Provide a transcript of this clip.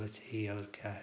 बस यही है और क्या है